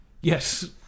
yes